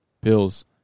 pills